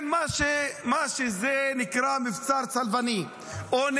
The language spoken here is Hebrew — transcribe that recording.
אתם מפלים את חברי האופוזיציה, כולכם.